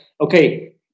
okay